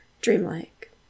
dreamlike